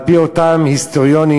על-פי אותם היסטוריונים,